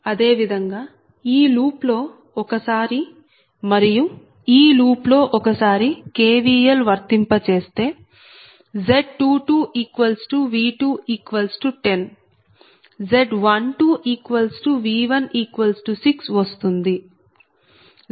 అదే విధంగా ఈ లూప్ లో ఒక సారి మరియు ఈ లూప్ లో ఒక సారి KVL వర్తింపజేస్తే Z22V210